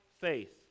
faith